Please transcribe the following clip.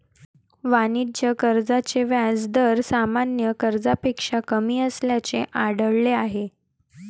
वाणिज्य कर्जाचे व्याज दर सामान्य कर्जापेक्षा कमी असल्याचे आढळले आहे